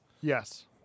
Yes